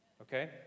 okay